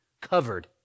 Covered